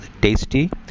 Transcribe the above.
tasty